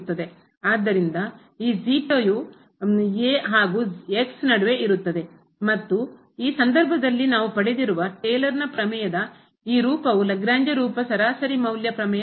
ಆದ್ದರಿಂದ ಈ ಯು ಹಾಗೂ ನಡುವೆ ಇರುತ್ತದೆ ಮತ್ತು ಈ ಸಂದರ್ಭದಲ್ಲಿ ನಾವು ಪಡೆದಿರುವ ಟೇಲರ್ನ ಪ್ರಮೇಯದ ಈ ರೂಪವು ಲಾಗ್ರೇಂಜ್ ರೂಪ ಸರಾಸರಿ ಮೌಲ್ಯ ಪ್ರಮೇಯವಾಗಿತ್ತು